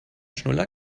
schnuller